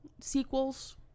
sequels